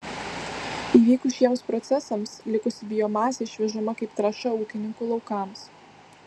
įvykus šiems procesams likusi biomasė išvežama kaip trąša ūkininkų laukams